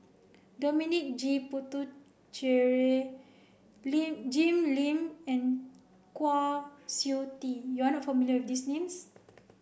Dominic J Puthucheary Lim Jim Lim and Kwa Siew Tee you are not familiar with these names